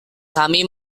kami